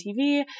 TV